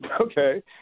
Okay